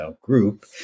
group